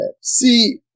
See